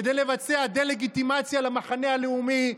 כדי לבצע דה-לגיטימציה למחנה הלאומי,